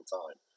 time